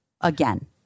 again